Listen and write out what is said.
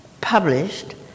published